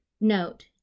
Note